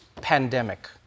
Pandemic